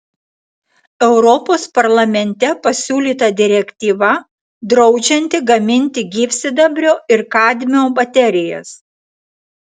europos parlamente pasiūlyta direktyva draudžianti gaminti gyvsidabrio ir kadmio baterijas